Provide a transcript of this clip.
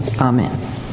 Amen